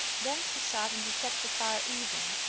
then he sat and he kept the fire even,